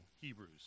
Hebrews